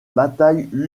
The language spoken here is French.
bataille